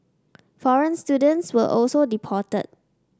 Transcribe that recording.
foreign students were also deported